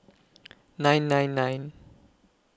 nine nine nine